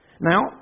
Now